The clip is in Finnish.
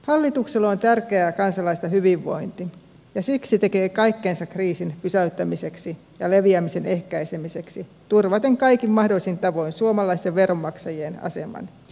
hallitukselle on tärkeää kansalaisten hyvinvointi ja siksi se tekee kaikkensa kriisin pysäyttämiseksi ja sen leviämisen ehkäisemiseksi turvaten kaikin mahdollisin tavoin suomalaisten veronmaksajien aseman